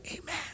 Amen